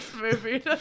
movie